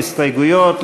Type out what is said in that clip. אין הסתייגויות,